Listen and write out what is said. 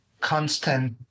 constant